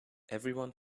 everyone